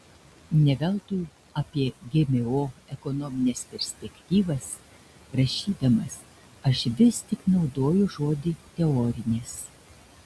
ne veltui apie gmo ekonomines perspektyvas rašydamas aš vis tik naudoju žodį teorinės